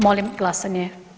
Molim glasanje.